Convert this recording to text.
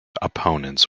opponents